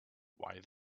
why